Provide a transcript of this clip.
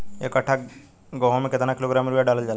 एक कट्टा गोहूँ में केतना किलोग्राम यूरिया डालल जाला?